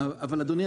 אבל אדוני,